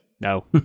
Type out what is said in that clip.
No